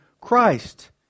Christ